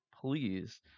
please